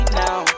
now